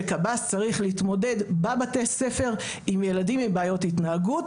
שקב"ס צריך להתמודד בבתי הספר עם ילדים עם בעיות התנהגות,